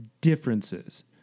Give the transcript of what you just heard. differences